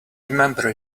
remember